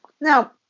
Now